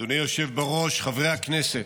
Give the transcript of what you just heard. אדוני היושב בראש, חברי הכנסת,